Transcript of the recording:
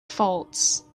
faults